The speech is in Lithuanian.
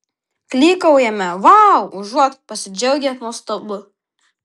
klykaujame vau užuot pasidžiaugę nuostabu